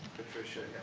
patricia